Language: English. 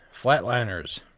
Flatliners